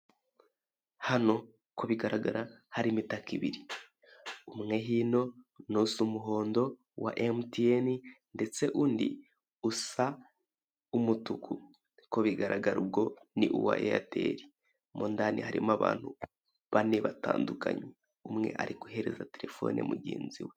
Hano ko bigaragara hari imitaka ibiri, umwe hino ni usa umuhondo wa emutiyene ndetse undi usa umutuku ko bigaragara ubwo ni uwa eyateri mo ndani harimo abantu bane batandukanye umwe ari guhereza Telefone mugenzi we.